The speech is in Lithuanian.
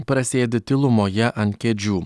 prasėdi tylumoje ant kėdžių